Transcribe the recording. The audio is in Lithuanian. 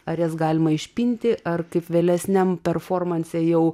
ar jas galima išpinti ar kaip vėlesniam performanse jau